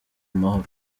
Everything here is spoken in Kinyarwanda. amahoro